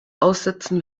aussitzen